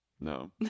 No